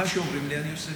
מה שאומרים לי אני עושה.